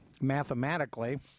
mathematically